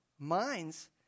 Minds